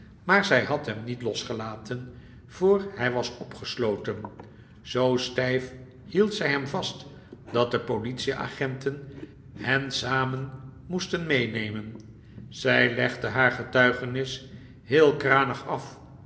maar zij had hem niet losgelaten voor hij was opgesloten zoo stijf hield zij hem vast dat de politieagenten hen samen moesten meenemen zij legde haar getuigenis heel kranig af